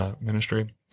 ministry